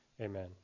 amen